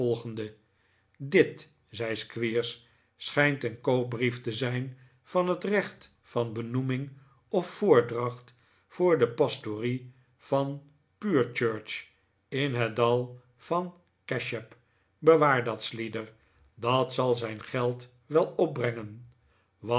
volgende dit zei squeers schijnt een koopbrief te zijn van het recht van benoeming of voordracht voor de pastofie van purechurch in het dal van cashap bewaar dat slider dat zal zijn geld wel opbrengen wat